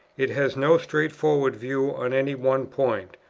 it has no straightforward view on any one point,